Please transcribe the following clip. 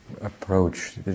approach